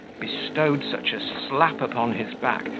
bestowed such a slap upon his back,